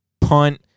punt